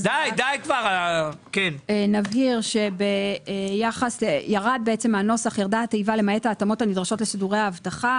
אז רק נבהיר שבנוסח ירדה התיבה 'למעט ההתאמות הנדרשות לסידורי האבטחה',